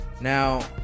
Now